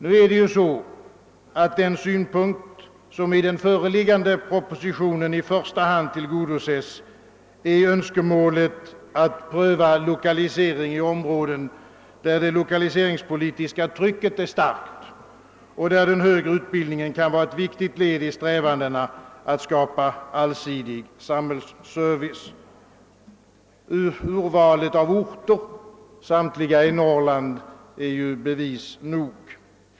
Nu är det ju så, att den synpunkt som i den föreliggande propositionen i första hand tillgodoses är önskemålet att pröva lokalisering i områden där det lokaliseringspolitiska trycket är starkt och där den högre utbildningen kan vara ett viktigt led i strävandena att skapa en allsidig samhällsservice. Urvalet av orter — samtliga i Norrland — är bevis nog.